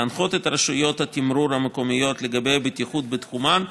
להנחות את רשויות התמרור המקומיות בעניין הבטיחות בתחומן,